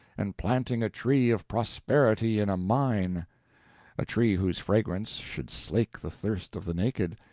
and planting a tree of prosperity in a mine a tree whose fragrance should slake the thirst of the naked,